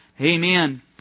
Amen